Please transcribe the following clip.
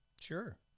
Sure